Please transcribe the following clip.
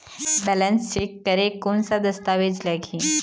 Balance check करें कोन सा दस्तावेज लगी?